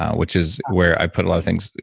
which is where i put a lot of things,